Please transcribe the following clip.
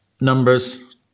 Numbers